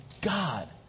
God